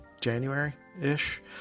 January-ish